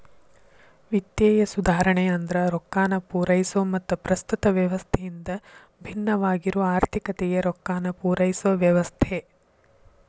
ವಿತ್ತೇಯ ಸುಧಾರಣೆ ಅಂದ್ರ ರೊಕ್ಕಾನ ಪೂರೈಸೊ ಮತ್ತ ಪ್ರಸ್ತುತ ವ್ಯವಸ್ಥೆಯಿಂದ ಭಿನ್ನವಾಗಿರೊ ಆರ್ಥಿಕತೆಗೆ ರೊಕ್ಕಾನ ಪೂರೈಸೊ ವ್ಯವಸ್ಥೆ